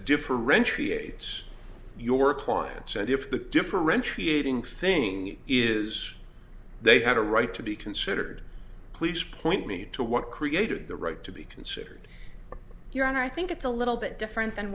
differentiates your clients and if the differentiating thing is they had a right to be considered please point me to what created the right to be considered your own i think it's a little bit different